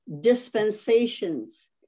dispensations